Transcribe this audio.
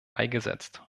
beigesetzt